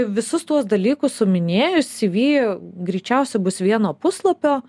visus tuos dalykus suminėjus cv greičiausiai bus vieno puslapio